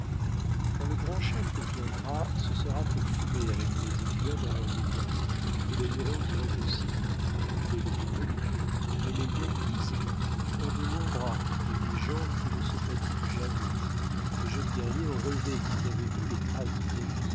quand le grand chef viendra ce sera pour fumer avec les indiens dans leurs wigwams et les hurons diront aussi il est le bienvenu mais les yengeese ont de longs bras et des jambes qui ne se fatiguent jamais mes jeunes guerriers ont rêvé qu'ils avaient vu les traces de